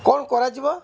କ'ଣ କରାଯିବ